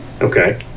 Okay